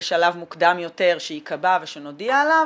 בשלב מוקדם יותר שייקבע ושנודיע עליו.